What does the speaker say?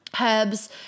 herbs